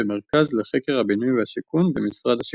במרכז לחקר הבינוי והשיכון במשרד השיכון.